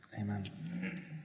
amen